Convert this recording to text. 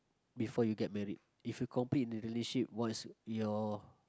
before you get married if you complete the relationship what is your